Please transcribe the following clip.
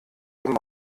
eben